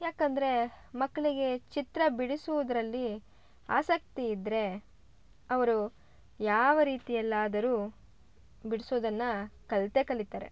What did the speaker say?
ಯಾಕಂದರೆ ಮಕ್ಕಳಿಗೆ ಚಿತ್ರ ಬಿಡಿಸುವುದರಲ್ಲಿ ಆಸಕ್ತಿ ಇದ್ದರೆ ಅವರು ಯಾವ ರೀತಿಯಲ್ಲಿ ಆದರೂ ಬಿಡಿಸೋದನ್ನ ಕಲಿತೇ ಕಲಿತಾರೆ